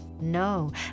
No